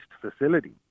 facility